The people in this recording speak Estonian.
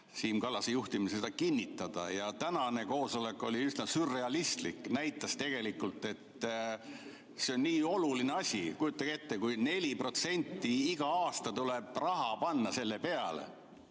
Siim Kallase juhtimisel seda kinnitada. Tänane koosolek oli üsna sürrealistlik ja näitas, et see on nii oluline asi. Kujutage ette, kui igal aastal tuleb 4% raha panna selle peale.